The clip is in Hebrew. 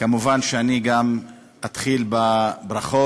מובן שגם אני אתחיל בברכות.